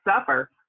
suffer